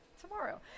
tomorrow